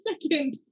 second